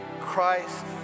Christ